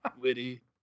witty